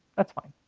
that's fine.